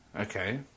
Okay